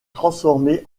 transformé